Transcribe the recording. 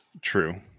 True